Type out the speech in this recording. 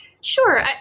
Sure